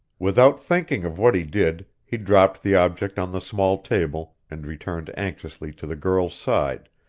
without thinking of what he did, he dropped the object on the small table, and returned anxiously to the girl's side,